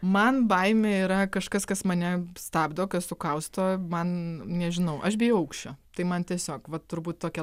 man baimė yra kažkas kas mane stabdo sukausto man nežinau aš bijau aukščio tai man tiesiog va turbūt tokia